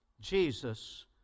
Jesus